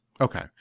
Okay